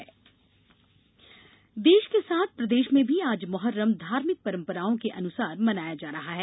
मोहर्रम देश के साथ प्रदेश में भी आज मुहर्रम धार्मिक परंपराओं के अनुसार मनाया जा रहा है